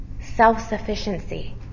self-sufficiency